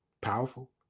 powerful